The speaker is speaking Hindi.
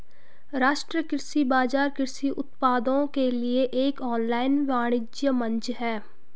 राष्ट्रीय कृषि बाजार कृषि उत्पादों के लिए एक ऑनलाइन वाणिज्य मंच है